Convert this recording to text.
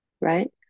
right